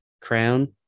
Crown